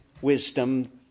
wisdom